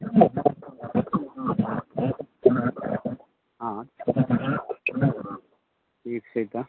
हँ ठीक छै तऽ